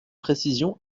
précision